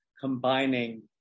combining